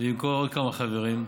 ועוד כמה חברים,